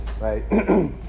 right